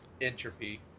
entropy